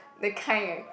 that kind eh